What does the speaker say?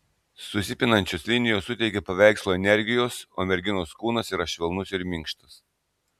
susipinančios linijos suteikia paveikslui energijos o merginos kūnas yra švelnus ir minkštas